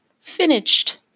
finished